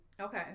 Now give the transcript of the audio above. Okay